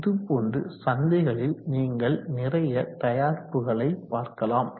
இதுபோன்று சந்தைகளில் நீங்கள் நிறைய தயாரிப்புகளை பார்க்கலாம்